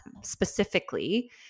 specifically